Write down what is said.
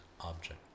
object